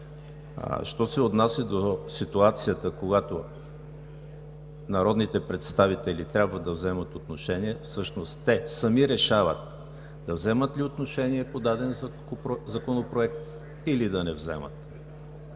Що се отнася до ситуацията, когато народните представители трябва да вземат отношение, всъщност те сами решават да вземат ли отношение по даден законопроект, или да не вземат.